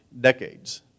decades